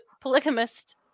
polygamist